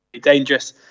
dangerous